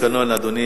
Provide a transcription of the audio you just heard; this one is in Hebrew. אדוני